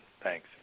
Thanks